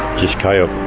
just chaos,